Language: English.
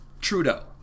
Trudeau